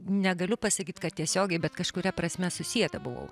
negaliu pasakyt kad tiesiogiai bet kažkuria prasme susieta buvau